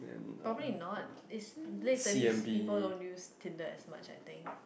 probably not is late thirty people don't use Tinder as much I think